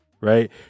right